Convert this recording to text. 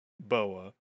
boa